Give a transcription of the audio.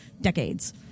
decades